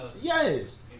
yes